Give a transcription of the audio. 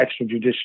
extrajudicial